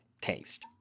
taste